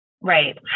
Right